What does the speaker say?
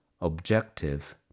objective